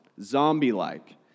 zombie-like